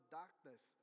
darkness